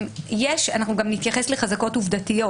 אנחנו גם נתייחס לחזקות עובדתיות